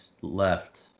left